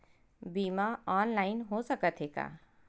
बीमा ऑनलाइन हो सकत हे का?